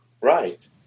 Right